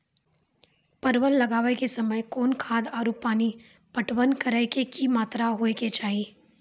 परवल लगाबै के समय कौन खाद आरु पानी पटवन करै के कि मात्रा होय केचाही?